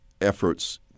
efforts